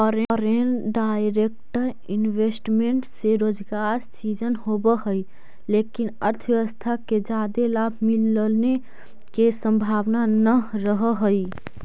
foreign direct investment से रोजगार सृजन होवऽ हई लेकिन अर्थव्यवस्था के जादे लाभ मिलने के संभावना नह रहऽ हई